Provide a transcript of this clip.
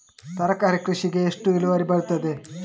ತರಕಾರಿ ಕೃಷಿಗೆ ಎಷ್ಟು ಇಳುವರಿ ಬರುತ್ತದೆ?